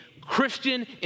Christian